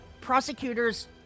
prosecutor's